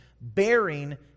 bearing